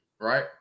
right